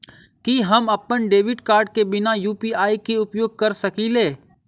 की हम अप्पन debit card केँ बिना यु.पी.आई केँ उपयोग करऽ सकलिये?